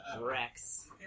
Rex